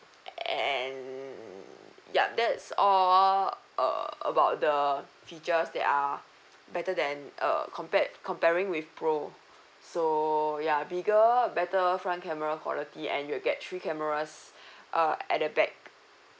and yup that's all err about the features that are better than uh compared comparing with pro so ya bigger better front camera quality and you'll get three cameras uh at the back